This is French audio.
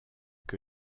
que